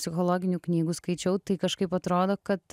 psichologinių knygų skaičiau tai kažkaip atrodo kad